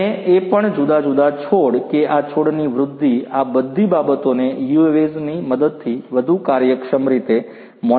અને એ પણ જુદા જુદા છોડ કે આ છોડની વૃદ્ધિ આ બધી બાબતોને UAVs ની મદદથી વધુ કાર્યક્ષમ રીતે મોનીટર કરી શકાય છે